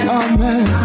amen